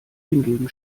hingegen